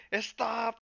stop